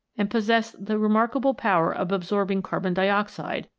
and possess the remarkable power of absorbing carbon dioxide,